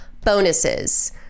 bonuses